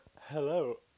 hello